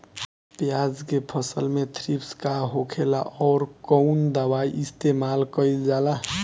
प्याज के फसल में थ्रिप्स का होखेला और कउन दवाई इस्तेमाल कईल जाला?